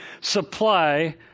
supply